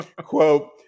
Quote